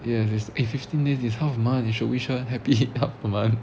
ya is eh fifteen days is half month you should wish her happy half month